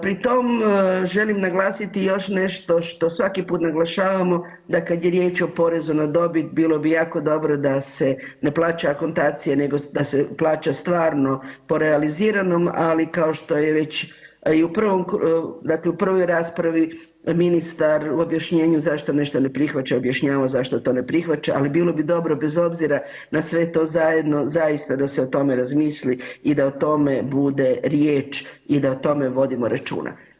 Pri tom želim naglasiti još nešto što svaki put naglašavamo, da kad je riječ o poreznu na dobit, bilo bi jako dobro da se ne plaća akontacija nego da se plaća stvarno po realiziranom, ali kao što je već i u 1. raspravi ministar u objašnjenu zašto nešto ne prihvaća objašnjavao zašto to ne prihvaća, ali bilo bi dobro, bez obzira na sve to zajedno zaista da se o tome razmisli i da o tome bude riječ i da o tome vodimo računa.